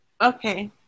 Okay